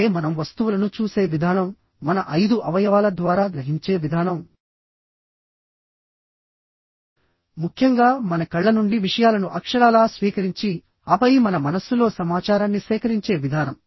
అంటే మనం వస్తువులను చూసే విధానం మన ఐదు అవయవాల ద్వారా గ్రహించే విధానం ముఖ్యంగా మన కళ్ళ నుండి విషయాలను అక్షరాలా స్వీకరించి ఆపై మన మనస్సులో సమాచారాన్ని సేకరించే విధానం